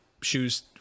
shoes